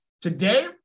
Today